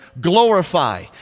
glorify